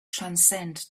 transcend